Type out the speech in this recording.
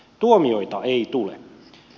tuomioita ei tule